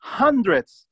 hundreds